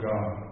God